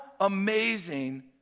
amazing